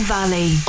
Valley